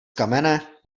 kamene